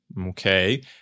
okay